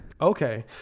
Okay